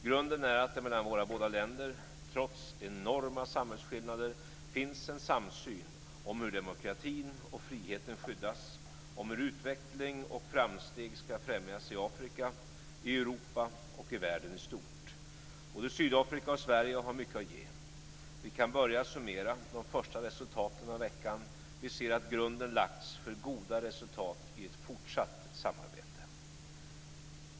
Grunden är att det mellan våra båda länder, trots enorma samhällsskillnader, finns en samsyn om hur demokratin och friheten skyddas och om hur utveckling och framsteg ska främjas i Afrika, i Europa och i världen i stort. Både Sydafrika och Sverige har mycket att ge. Vi kan börja summera de första resultaten av veckan. Vi ser att grunden lagts för goda resultat i ett fortsatt samarbete.